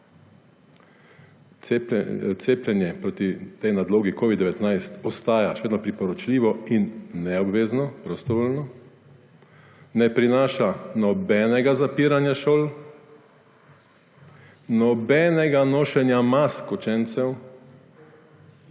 Cepljenje proti tej nadlogi covid-19 ostaja še vedno priporočljivo in neobvezno, prostovoljno. Ne prinaša nobenega zapiranja šol. Nobenega nošenja mask učencev.